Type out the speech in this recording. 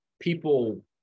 people